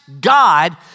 God